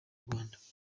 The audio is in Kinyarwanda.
rwanda